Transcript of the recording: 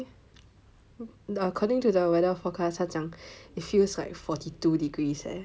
according to the weather forecast 他讲 it feels like forty two degrees eh